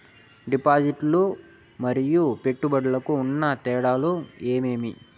డిపాజిట్లు లు మరియు పెట్టుబడులకు ఉన్న తేడాలు ఏమేమీ?